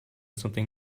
something